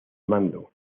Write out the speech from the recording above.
mando